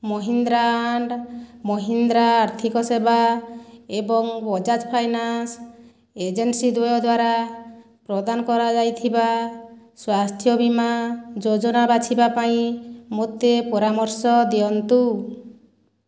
Mahindra and Mahindra ଆର୍ଥିକ ସେବା ଏବଂ ବଜାଜ ଫାଇନାନ୍ସ ଏଜେନ୍ସି ଦ୍ୱୟ ଦ୍ଵାରା ପ୍ରଦାନ କରାଯାଇଥିବା ସ୍ୱାସ୍ଥ୍ୟ ବୀମା ଯୋଜନା ବାଛିବା ପାଇଁ ମୋତେ ପରାମର୍ଶ ଦିଅନ୍ତୁ